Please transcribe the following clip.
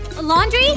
Laundry